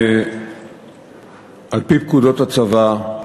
על-פי פקודות הצבא,